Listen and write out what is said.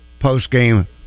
postgame